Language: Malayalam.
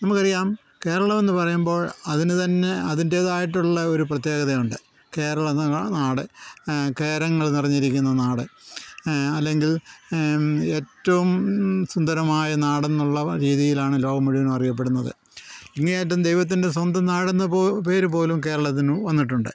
നമുക്കറിയാം കേരളമെന്ന് പറയുമ്പോൾ അതിന് തന്നെ അതിൻ്റേതായിട്ടുള്ള ഒരു പ്രത്യേകതയുണ്ട് കേരളം നമ്മുടെ നാട് കേരങ്ങൾ നിറഞ്ഞിരിക്കുന്ന നാട് അല്ലെങ്കിൽ ഏറ്റവും സുന്ദരമായ നാടെന്നുള്ള രീതിയിലാണ് ലോകം മുഴുവനും അറിയപ്പെടുന്നത് ഇങ്ങേയറ്റം ദൈവത്തിൻ്റെ സ്വന്തം നാടെന്ന് പേര് പോലും കേരളത്തിന് വന്നിട്ടുണ്ട്